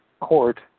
court